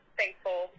thankful